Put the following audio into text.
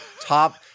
top